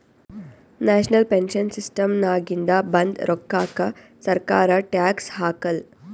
national pension ಸಿಸ್ಟಮ್ನಾಗಿಂದ ಬಂದ್ ರೋಕ್ಕಾಕ ಸರ್ಕಾರ ಟ್ಯಾಕ್ಸ್ ಹಾಕಾಲ್